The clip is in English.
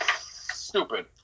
Stupid